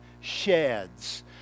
sheds